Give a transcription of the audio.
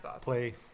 play